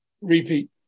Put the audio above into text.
Repeat